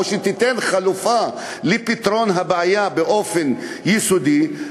או שתיתן חלופה לפתרון הבעיה באופן יסודי,